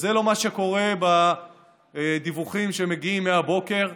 וזה לא מה שקורה בדיווחים שמגיעים מהבוקר.